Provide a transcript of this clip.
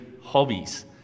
hobbies